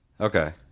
okay